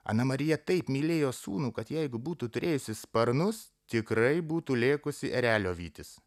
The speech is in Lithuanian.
ana marija taip mylėjo sūnų kad jeigu būtų turėjusi sparnus tikrai būtų lėkusi erelio vytis